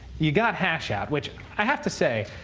you got hash out, which i have to say,